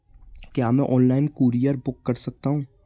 क्या मैं online courier book कर सकता हूँ?